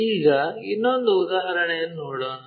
ಈಗ ಇನ್ನೊಂದು ಉದಾಹರಣೆಯನ್ನು ನೋಡೋಣ